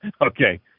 Okay